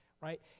right